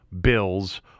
Bills